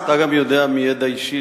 אתה גם יודע מידע אישי,